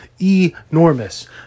enormous